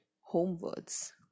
homewards